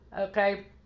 okay